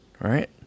right